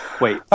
Wait